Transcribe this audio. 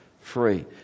free